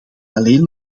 alleen